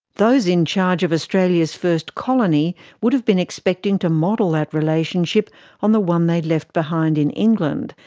those in charge of australia's first colony would have been expecting to model that relationship on the one they'd left behind in england,